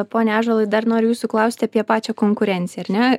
pone ąžuolai dar noriu jūsų klausti apie pačią konkurenciją ar ne